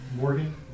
Morgan